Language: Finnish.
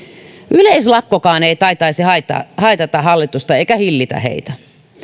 yleislakkokaan ei taitaisi haitata haitata hallitusta eikä hillitä heitä